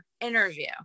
interview